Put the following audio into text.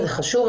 זה חשוב.